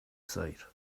site